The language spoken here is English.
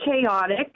chaotic